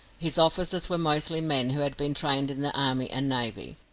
his officers were mostly men who had been trained in the army and navy.